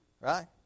right